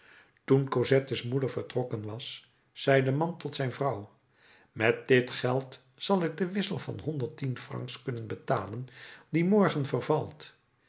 toen cosette's moeder vertrokken was zei de man tot zijn vrouw met dit geld zal ik den wissel van honderd tien francs kunnen betalen die morgen vervalt